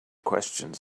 questions